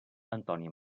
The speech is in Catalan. antònia